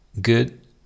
good